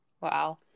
Wow